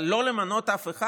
אבל לא למנות אף אחד?